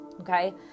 Okay